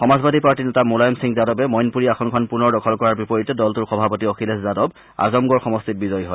সমাজবাদী পাৰ্টীৰ নেতা মোলায়ন সিং যাদৱে মইনপুৰী আসনখন পুনৰ দখল কৰাৰ বিপৰীতে দলটোৰ সভাপতি অখিলেশ যাদৱ আজমগড় সমষ্টিত বিজয়ী হয়